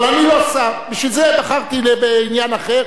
אבל אני לא שר, בשביל זה בחרתי בעניין אחר.